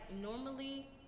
normally